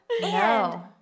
no